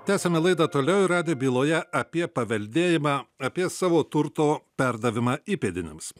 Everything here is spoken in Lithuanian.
tęsiame laidą toliau ir radijo byloje apie paveldėjimą apie savo turto perdavimą įpėdiniams